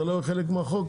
זה לא חלק מהחוק?